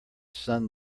sun